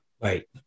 Right